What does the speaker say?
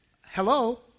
Hello